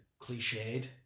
cliched